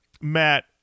Matt